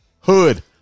Hood